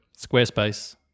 Squarespace